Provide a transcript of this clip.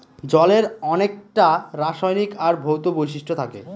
জলের অনেককটা রাসায়নিক আর ভৌত বৈশিষ্ট্য থাকে